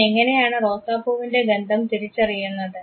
അവൻ എങ്ങനെയാണ് റോസാപ്പൂവിൻറെ ഗന്ധം തിരിച്ചറിയുന്നത്